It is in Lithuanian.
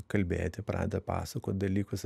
kalbėti pradeda pasakot dalykus